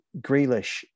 Grealish